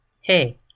hey